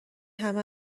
همه